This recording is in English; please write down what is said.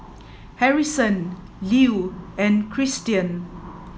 Harrison Lew and Christian